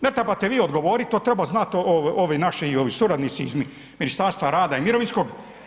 Ne trebate vi odgovoriti to treba znati ovi naši suradnici iz Ministarstva rada i mirovinskog.